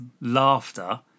laughter